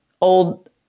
old